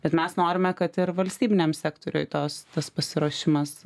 bet mes norime kad ir valstybiniam sektoriuj tos tas pasiruošimas